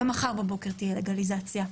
ומחר בבוקר תהיה לגליזציה.